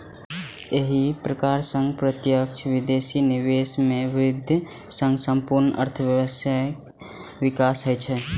एहि प्रकार सं प्रत्यक्ष विदेशी निवेश मे वृद्धि सं संपूर्ण अर्थव्यवस्थाक विकास होइ छै